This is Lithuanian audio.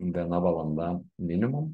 viena valanda minimum